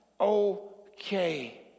okay